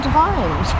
times